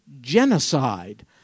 genocide